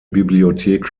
bibliothek